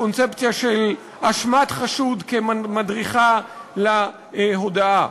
הקונספציה של אשמת חשוד כמדריכה להודאה.